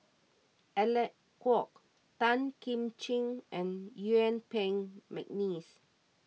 Alec Kuok Tan Kim Ching and Yuen Peng McNeice